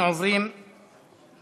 אנחנו עוברים להצבעה.